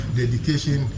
dedication